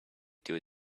due